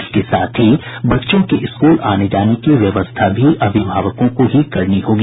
इसके साथ ही बच्चों के स्कूल आने जाने की व्यवस्था भी अभिभावकों को ही करनी होगी